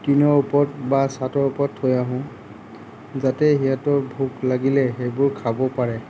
টিণৰ ওপৰত বা ছাদৰ ওপৰত থৈ আহোঁ যাতে সিহঁতৰ ভোক লাগিলে সেইবোৰ খাব পাৰে